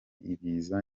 ibiza